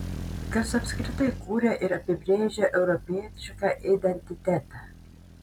kas apskritai kuria ir apibrėžia europietišką identitetą